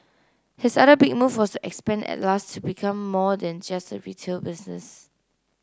his other big move was expand Atlas to become more than just a retail business